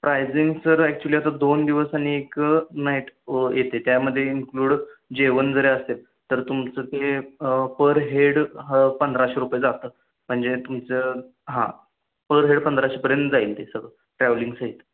pricing sir actually आता दोन दिवस आणि एक नाईट येते त्यामध्ये इन्क्लूड जेवण जरी असेल तर तुमचं ते पर हेड पंधराशे रुपये जातात म्हणजे तुमचं हां पर हेड पंधराशेपर्यंत जाईल ते सगळं ट्रॅव्हलिंगसहित